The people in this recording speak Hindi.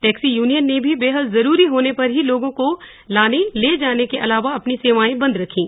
टैक्सी यूनियन ने भी बेहद जरूरी होने पर ही लोगों को लाने ले जाने के अलावा अपनी सेवाएं बंद रखीं